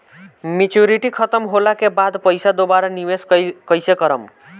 Maturity खतम होला के बाद पईसा दोबारा निवेश कइसे करेम?